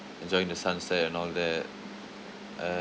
enjoying the sunset and all that